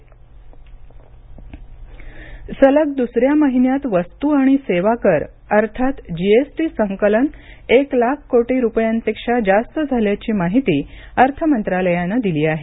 GST सलग द्र्सऱ्या महिन्यात वस्तू आणि सेवा कर अर्थात जीएसटी संकलन एक लाख कोटी रुपयापेक्षा जास्त झाल्याची माहिती अर्थमंत्रालयानं दिली आहे